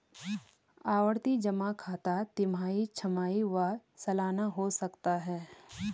आवर्ती जमा खाता तिमाही, छमाही व सलाना हो सकता है